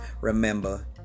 Remember